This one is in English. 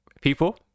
People